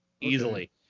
easily